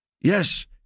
Yes